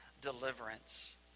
deliverance